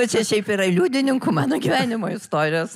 čia šiaip yra liudininkų mano gyvenimo istorijos